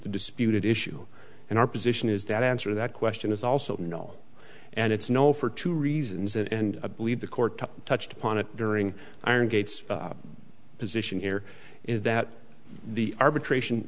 disputed issue in our position is that answer that question is also no and it's no for two reasons and believe the court touched upon it during iron gates position here is that the arbitration